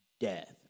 death